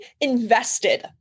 invested